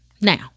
now